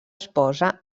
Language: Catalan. esposa